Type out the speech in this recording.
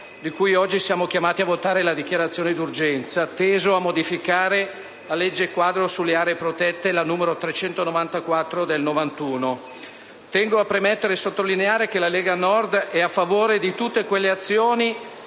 di cui oggi siamo chiamati a votare la dichiarazione d'urgenza, teso a modificare la legge quadro sulle aree protette n. 394 del 1991. Tengo a premettere e sottolineare che la Lega Nord è a favore di tutte quelle azioni